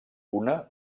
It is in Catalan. una